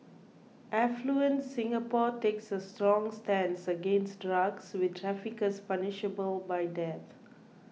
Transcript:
affluent Singapore takes a strong stance against drugs with traffickers punishable by death